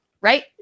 right